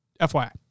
FYI